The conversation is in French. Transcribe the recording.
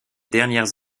dernières